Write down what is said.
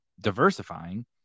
diversifying